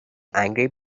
angry